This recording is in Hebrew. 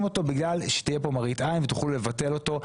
אותו בגלל שתהיה כאן מראית עין ותוכלו לבטל אותו.